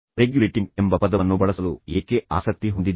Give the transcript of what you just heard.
regulating ಎಂಬ ಪದವನ್ನು ಬಳಸಲು ನಾನು ಏಕೆ ಆಸಕ್ತಿ ಹೊಂದಿದ್ದೇನೆ